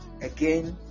again